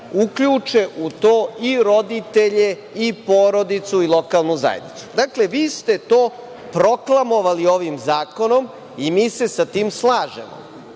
uključe u to i roditelje i porodicu i lokalnu zajednicu. Vi ste to proklamovali ovim zakonom i mi se sa tim slažemo,